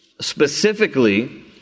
specifically